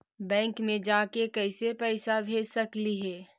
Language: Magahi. बैंक मे जाके कैसे पैसा भेज सकली हे?